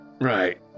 Right